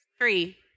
Three